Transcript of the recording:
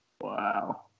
Wow